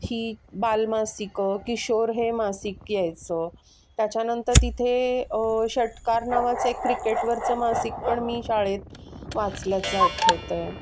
ही बाल मासिकं किशोर हे मासिक यायचं त्याच्यानंतर तिथे षटकार नावाचं एक क्रिकेटवरचं मासिक पण मी शाळेत वाचल्याचं आठवतं आहे